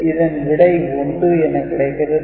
இதன் விடை 1 என கிடைக்கிறது